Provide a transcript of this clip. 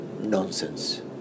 nonsense